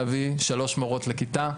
להביא שלוש מורות לכיתה,